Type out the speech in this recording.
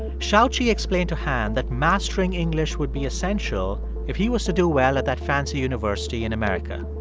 xiao-qi explained to han that mastering english would be essential if he was to do well at that fancy university in america.